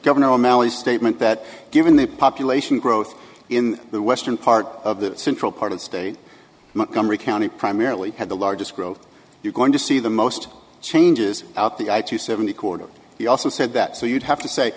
governor o'malley statement that given the population growth in the western part of the central part of the state montgomery county primarily had the largest growth you're going to see the most changes out the eye to seventy corridor he also said that so you'd have to say